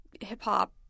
hip-hop